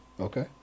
Okay